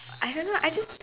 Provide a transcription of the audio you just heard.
I don't know I just